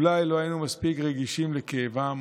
אולי לא היינו מספיק רגישים לכאבם,